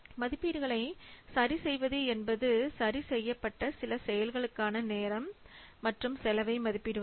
மதிப்பீடுகளை சரிசெய்வது என்பது சரி செய்யப்பட்ட சில செயல்களுக்கான நேரம் மற்றும் செலவை மதிப்பிடுவது